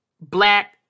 black